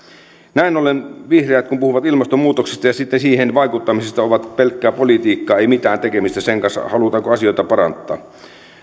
näin ollen kun vihreät puhuvat ilmastonmuutoksesta ja sitten siihen vaikuttamisesta se on pelkkää politiikkaa ei mitään tekemistä sen kanssa halutaanko asioita parantaa